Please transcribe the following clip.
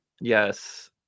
Yes